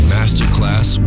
Masterclass